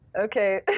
Okay